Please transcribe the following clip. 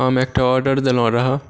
हम एकटा ऑर्डर देने रहुँ